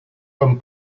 comme